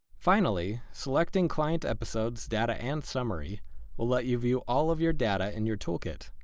finally, selecting client episodes data and summary will let you view all of your data in your toolkit,